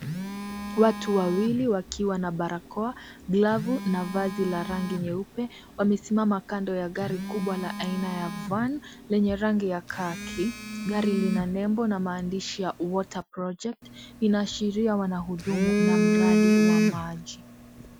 Watu wawili wakiwa na barakoa vazi ya rangi nyeupe, wamesimama kando ya gari la aina ya Van yenye rangi ya khaki. Gari lina lembo na maandishi ya water project . Inaashiria wanahudumu na mradi wa maji.